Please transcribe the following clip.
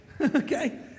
okay